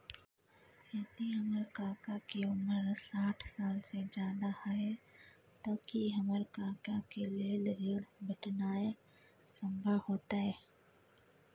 यदि हमर काका के उमर साठ साल से ज्यादा हय त की हमर काका के लेल ऋण भेटनाय संभव होतय?